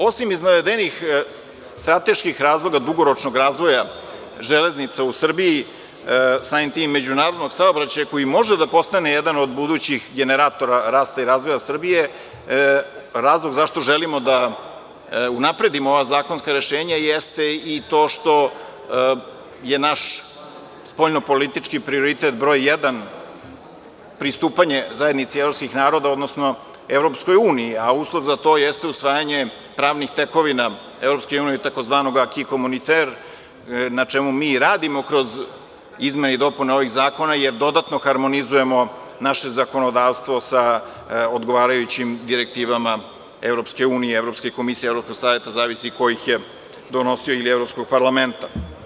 Osim iz navedenih strateških razloga dugoročnog razvoja železnica u Srbiji, samim tim i međunarodnog saobraćaja, koji može da postane jedan od budućih generatora rasta i razvoja Srbije, razlog zašto želimo da unapredimo ova zakonska rešenja jeste i to što je naš spoljnopolitički prioritet broj jedan, pristupanje zajednici evropskih naroda, odnosno EU, a uslov za to jeste usvajanje pravnih tekovina EU, tzv. kikomoniter, na čemu mi i radimo kroz izmene i dopune ovih zakona, jer dodatno harmonizujemo naše zakonodavstvo sa odgovarajućim direktivama EU, Evropske komisije, Evropskog saveta, sve zavisi ko ih je donosio, ili Evropskog parlamenta.